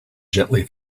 gently